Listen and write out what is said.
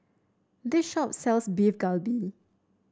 this shop sells Beef Galbi